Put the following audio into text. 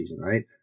right